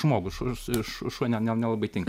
žmogus š šu šuo nelabai tinka